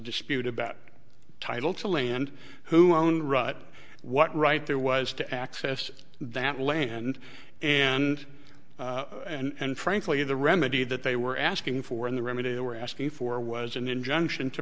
dispute about title to land who own rut what right there was to access that land and and frankly the remedy that they were asking for and the remedy they were asking for was an injunction to